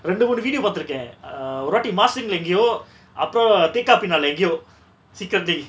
ரெண்டு மூனு:rendu moonu video பாத்திருக்க:paathiruka err ஒருவாட்டி:oruvaati maasing lah எங்கயோ அப்ரோ:engayo apro thekapinala எங்கயோ:engayo she come they